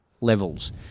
levels